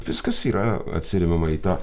viskas yra atsiremiama į tą